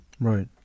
Right